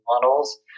models